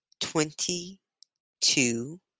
twenty-two